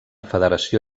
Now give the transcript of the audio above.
federació